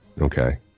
Okay